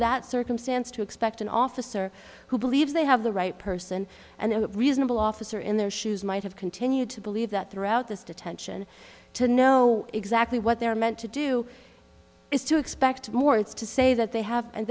that circumstance to expect an officer who believes they have the right person and a reasonable officer in their shoes might have continued to believe that throughout this detention to know exactly what they're meant to do is to expect more it's to say that they have and